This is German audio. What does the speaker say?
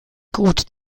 gut